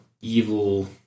evil